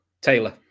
Taylor